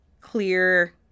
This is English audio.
clear